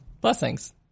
Blessings